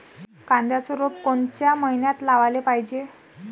कांद्याचं रोप कोनच्या मइन्यात लावाले पायजे?